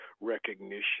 recognition